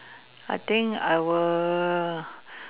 I think I will